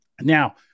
Now